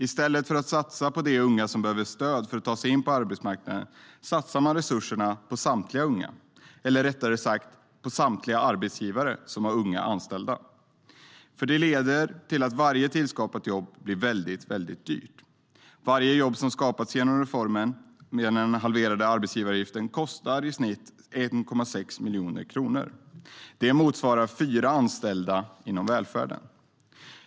I stället för att satsa på de unga som behöver stöd för att ta sig in på arbetsmarknaden satsar man resurserna på samtliga unga - eller rättare sagt på samtliga arbetsgivare som har unga anställda. Det leder till att varje tillskapat jobb blir oerhört dyrt. Varje jobb som skapas genom reformen med den halverade arbetsgivaravgiften kostar i snitt 1,6 miljoner kronor. Det motsvarar fyra anställda inom välfärden.